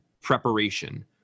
preparation